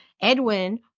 Edwin